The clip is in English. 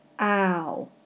Ow